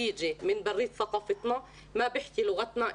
במונח מגזר הערבי ולא בחברה הערבית.